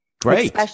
great